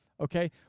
okay